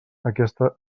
aquesta